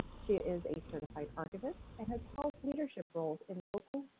she is a certified archivist and has held leadership roles in local,